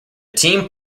team